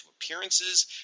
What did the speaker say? appearances